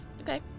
Okay